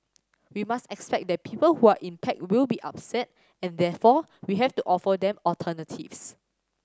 we must expect that people who are impacted will be upset and therefore we have to offer them alternatives